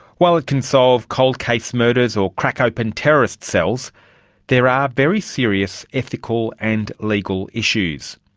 while it can solve cold case murders or crack open terrorist cells there are very serious ethical and legal issues.